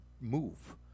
move